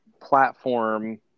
platform